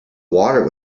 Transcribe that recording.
water